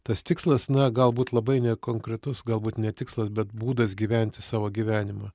tas tikslas na galbūt labai nekonkretus galbūt ne tikslas bet būdas gyventi savo gyvenimą